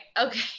Okay